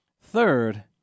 Third